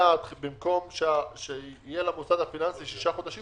במקום שיהיה למוסד הפיננסי שישה חודשים לעבוד,